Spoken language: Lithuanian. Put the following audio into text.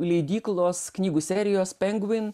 leidyklos knygų serijos penguin